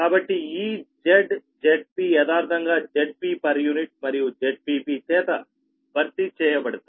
కాబట్టి ఈ Z Zp యదార్ధంగా Zp మరియు ZpB చేత భర్తీ చేయబడతాయి